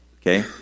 okay